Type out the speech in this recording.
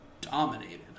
dominated